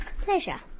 Pleasure